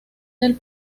del